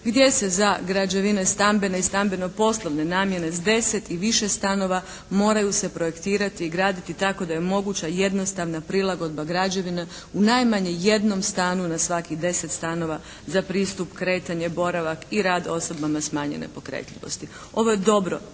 gdje se za građevine stambene i stambeno-poslovne namjene s 10 i više stanova moraju se projektirati i graditi tako da je moguća jednostavna prilagodba građevina u najmanje jednom stanu na svakih 10 stanova za pristup, kretanje, boravak i rad osobama smanjene pokretljivosti. Ovo je dobro